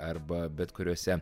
arba bet kuriose